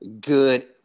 good